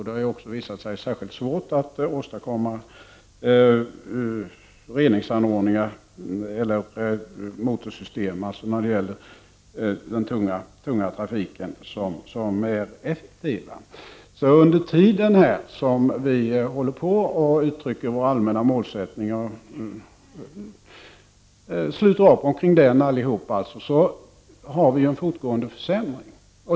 Det har också visat sig särskilt svårt att åstadkomma reningsanordningar och motorsystem som är effektiva inom den tunga trafiken. Medan vi alla sluter upp omkring våra allmänna målsättningar har det skett en fortgående försämring.